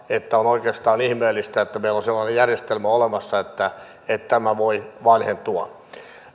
että on oikeastaan ihmeellistä että meillä on sellainen järjestelmä olemassa että että tämä voi vanhentua